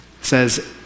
says